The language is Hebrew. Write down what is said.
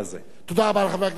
חבר הכנסת ברכה יחליף אותי.